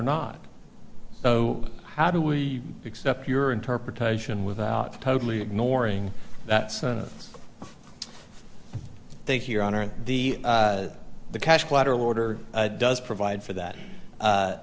not so how do we accept your interpretation without totally ignoring that sort of think your honor the the cash collateral order does provide for that